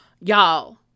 y'all